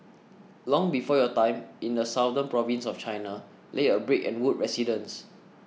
long before your time in the southern province of China lay a brick and wood residence